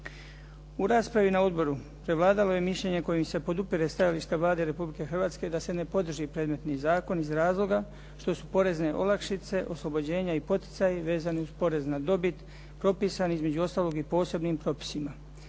U raspravi na Odboru prevladalo je mišljenje kojim se podupire stajalište Vlade Republike Hrvatske da se ne podrži predmetni zakon iz razloga što su porezne olakšice, oslobođenja i poticaji vezani uz porez na dobit propisani između ostaloga i posebnim propisima: